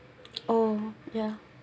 oh yeah